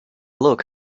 look